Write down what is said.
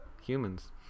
humans